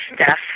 Steph